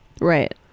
Right